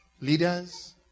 leaders